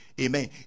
Amen